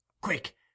quick